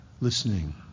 listening